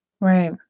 Right